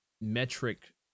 metric